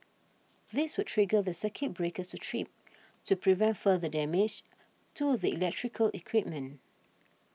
this would trigger the circuit breakers to trip to prevent further damage to the electrical equipment